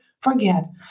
forget